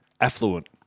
affluent